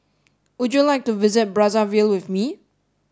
would you like to visit Brazzaville with me